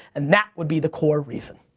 and that would be the core reason.